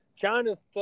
China's